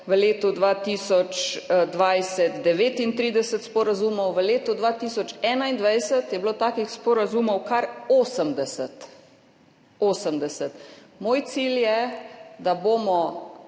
v letu 2020 39 sporazumov, v letu 2021 je bilo takih sporazumov kar 80. Osemdeset. Moj cilj je, da bomo